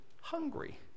hungry